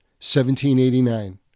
1789